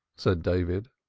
said david,